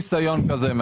אנחנו נוכל לשנות את זה.